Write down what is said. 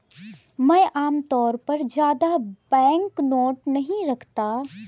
मैं आमतौर पर ज्यादा बैंकनोट नहीं रखता